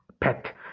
pet